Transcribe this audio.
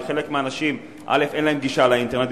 כי חלק מהאנשים אין להם גישה לאינטרנט,